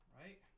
Right